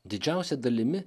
didžiausia dalimi